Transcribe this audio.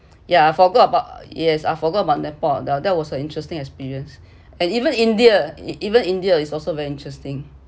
yeah I forgot about yes I forgot about nepal that was an interesting experience and even india even india is also very interesting